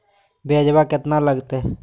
ब्यजवा केतना लगते?